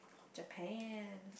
Japan